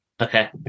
Okay